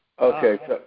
Okay